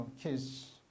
kids